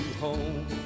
home